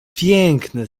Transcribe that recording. piękne